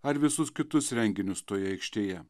ar visus kitus renginius toje aikštėje